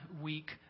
week